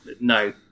No